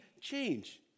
change